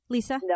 Lisa